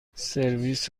سرویس